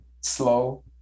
Slow